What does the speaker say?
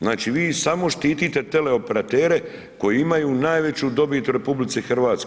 Znači vi samo štitite teleoperatere koji imaju najveću dobit u RH.